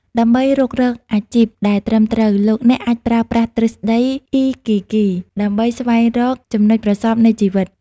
ដើម្បីរុករកអាជីពដែលត្រឹមត្រូវ លោកអ្នកអាចប្រើប្រាស់ទ្រឹស្តី អ៊ីគីហ្គី Ikigai ដើម្បីស្វែងរកចំណុចប្រសព្វនៃជីវិត។